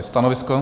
Stanovisko?